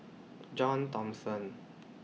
John Thomson